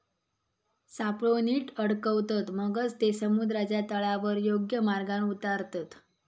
सापळो नीट अडकवतत, मगच ते समुद्राच्या तळावर योग्य मार्गान उतारतत